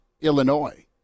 Illinois